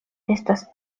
estas